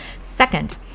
Second